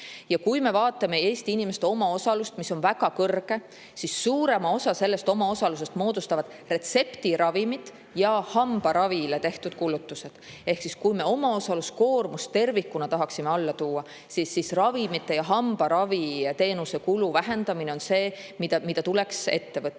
Ja kui me vaatame Eesti inimeste omaosalust, mis on väga kõrge, siis [näeme, et] suurema osa sellest omaosalusest moodustavad retseptiravimid ja hambaravile tehtud kulutused. Ehk siis, kui me omaosaluse koormust tervikuna tahaksime alla tuua, siis ravimite ja hambaraviteenuse kulu vähendamine on see, mida tuleks ette